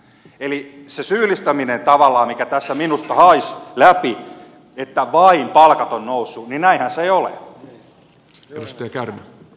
eli kun syyllistettiin tavallaan mikä tässä minusta haisi läpi että vain palkat ovat nousseet niin näinhän se ei ole